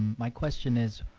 my question is,